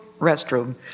restroom